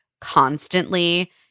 constantly